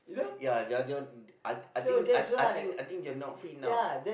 ya that one that one I I think I think I think they are not free now